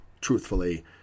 truthfully